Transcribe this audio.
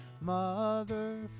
mother